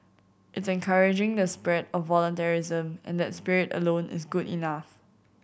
it's encouraging the spread of voluntarism and that spirit alone is good enough